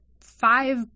five